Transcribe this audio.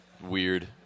weird